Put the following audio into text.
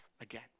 again